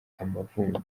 amavunja